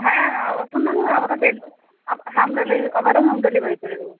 হ্যাঁ পছন্দ হলে আমরা ডেল আপ হ্যাঁ আমরা আমারা হোম ডেলিভারি করে দেবো